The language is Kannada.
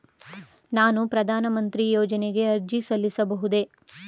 ನಾನು ಪ್ರಧಾನ ಮಂತ್ರಿ ಯೋಜನೆಗೆ ಅರ್ಜಿ ಸಲ್ಲಿಸಬಹುದೇ?